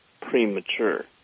premature